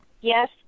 yes